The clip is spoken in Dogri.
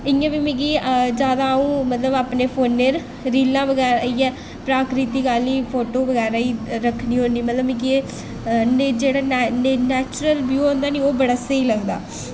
इ'यां बी मतलब जैदा अ'ऊं अपने फोनें पर रीलां बगैरा इ'यै प्राकृतिक आह्ली फोटो बगैरा इ रक्खनी होन्ना मतलब मिगी एह् जेह्ड़ा नैचुरल व्यू होंदा निं ओह् बड़ा स्हेई लगदा